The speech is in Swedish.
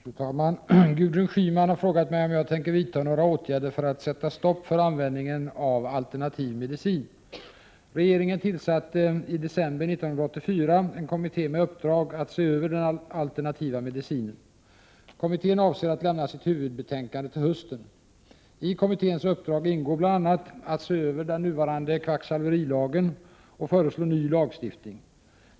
Fru talman! Gudrun Schyman har frågat mig om jag tänker vidta några åtgärder för att sätta stopp för användningen av alternativ medicin. Regeringen tillsatte i december 1984 en kommitté med uppdrag att se över den alternativa medicinen. Kommittén avser att lämna sitt huvudbetänkande till hösten. I kommitténs uppdrag ingår bl.a. att se över den nuvarande kvacksalverilagen och föreslå ny lagstiftning.